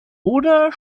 oder